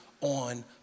on